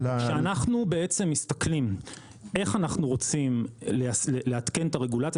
כשאנחנו בעצם מסתכלים איך אנחנו רוצים לעדכן את הרגולציה,